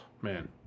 man